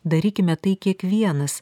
darykime tai kiekvienas